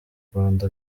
rwanda